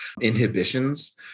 inhibitions